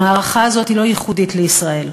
המערכה הזאת היא לא ייחודית לישראל,